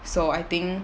so I think